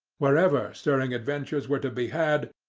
wherever stirring adventures were to be had,